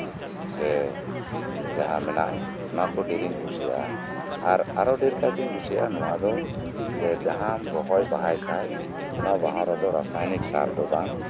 ᱥᱮ ᱡᱟᱦᱟᱸ ᱢᱮᱱᱟᱜ ᱚᱱᱠᱟ ᱠᱚ ᱰᱷᱮᱨ ᱤᱧ ᱠᱩᱥᱤᱭᱟᱜᱼᱟ ᱟᱨᱚ ᱰᱷᱮᱨ ᱠᱟᱭᱛᱤᱧ ᱠᱩᱥᱤᱭᱟᱜᱼᱟ ᱱᱚᱶᱟ ᱫᱚ ᱡᱟᱦᱟᱸᱢ ᱨᱚᱦᱚᱭ ᱵᱟᱲᱟᱭ ᱠᱷᱟᱱ ᱚᱱᱟ ᱵᱟᱜᱟᱱ ᱨᱮᱫᱚ ᱨᱟᱥᱟᱭᱚᱱᱤᱠ ᱥᱟᱨ ᱫᱚ ᱵᱟᱝ